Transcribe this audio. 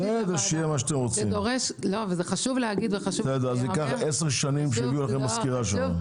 בסדר, אז ייקח עשר שנים שיביאו לכם מזכירה שם.